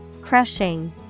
Crushing